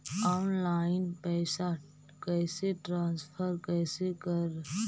Online पैसा कैसे transfer कैसे कर?